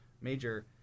major